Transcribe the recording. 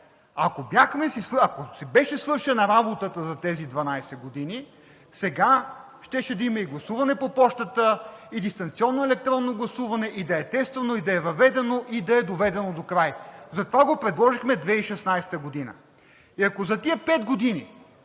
ако беше свършена работата за тези 12 години, сега щеше да има и гласуване по пощата, и дистанционно електронно гласуване, и да е тествано, и да е въведено, и да е доведено докрай. Затова го предложихме 2016 г. И ако за тези пет години